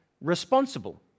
responsible